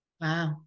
Wow